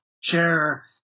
chair